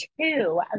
Two